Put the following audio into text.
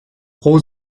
pro